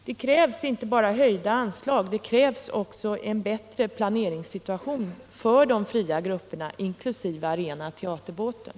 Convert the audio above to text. Det krävs inte bara höjda anslag, det krävs också en bättre planeringssituation för de fria grupperna, inkl. Arenateaterbåten.